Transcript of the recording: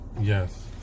yes